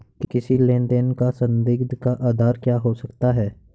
किसी लेन देन का संदिग्ध का आधार क्या हो सकता है?